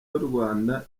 y’urwanda